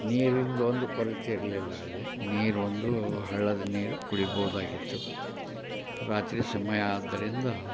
ನೀರಿಂದು ಒಂದು ಕೊರತೆ ಇರಲಿಲ್ಲ ಅಲ್ಲಿ ನೀರೊಂದು ಹಳ್ಳದ ನೀರು ಕುಡಿಬೋದಾಗಿತ್ತು ರಾತ್ರಿ ಸಮಯ ಆದ್ದರಿಂದ